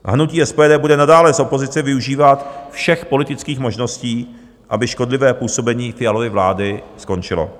A hnutí SPD bude nadále z opozice využívat všech politických možností, aby škodlivé působení Fialovy vlády skončilo.